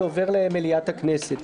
זה עובר למליאת הכנסת.